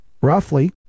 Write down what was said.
Roughly